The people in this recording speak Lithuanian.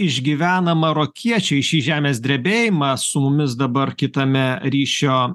išgyvena marokiečiai šį žemės drebėjimą su mumis dabar kitame ryšio